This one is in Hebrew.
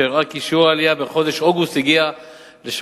שהראה כי שיעור העלייה בחודש אוגוסט הגיע ל-3.62%.